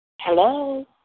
Hello